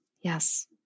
Yes